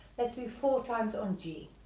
let's do four times on g.